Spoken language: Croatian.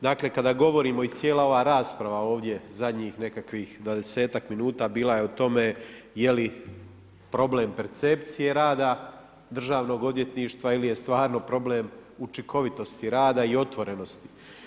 Dakle, kada govorimo i cijela ova rasprava ovdje, zadnjih nekakvih 20-tak min, bila je u tome, je li, problem percepcije rada Državnog odvjetništva ili je stvarno problem učinkovitosti rada i otvorenost.